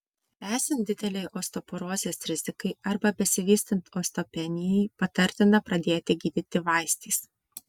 esant didelei osteoporozės rizikai arba besivystant osteopenijai patartina pradėti gydyti vaistais